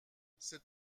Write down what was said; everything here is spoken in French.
cette